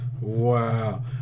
Wow